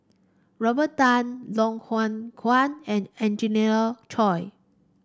Robert Tan Loh Hoong Kwan and Angelina Choy